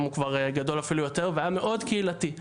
הוא כבר גדול אפילו יותר והיה מאוד קהילתי.